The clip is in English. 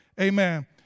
Amen